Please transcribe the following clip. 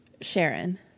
Sharon